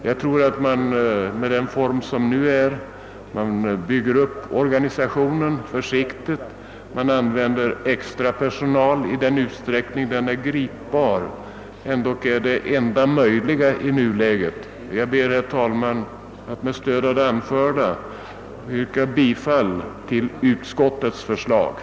Jag tror att det nuvarande tillvägagångssättet, att försiktigt bygga upp organisationen med användande av extra personal i den utsträckning sådan är disponibel, är det enda möjliga i nuläget. Jag ber, herr talman, med stöd av det anförda att få yrka bifall till utskottets hemställan.